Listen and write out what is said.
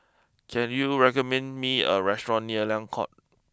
can you recommend me a restaurant near Liang court